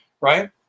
right